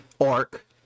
arc